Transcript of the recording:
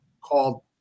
called